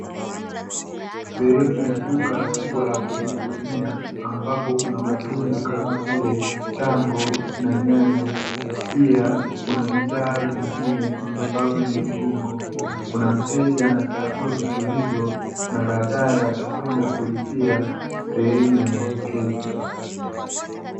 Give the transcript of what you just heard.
Sehemu ya duka kubwa la kujihudumia ambapo kuna matunda, kama vile; tango na nyanya, pia kuna bidhaa zingine ambazo ni viungo. Kuna mteja anachagua vitu hivyo na baadaye atakwenda kulipia sehemu ya mapokezi.